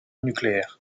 nucléaire